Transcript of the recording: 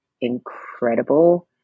incredible